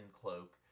cloak